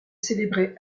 célébré